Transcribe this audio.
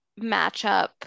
matchup